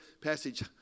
passage